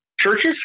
churches